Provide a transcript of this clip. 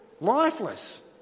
Lifeless